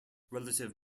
relative